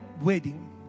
wedding